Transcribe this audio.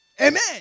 Amen